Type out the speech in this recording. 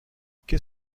qu’est